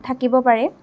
থাকিব পাৰে